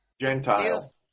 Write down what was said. Gentile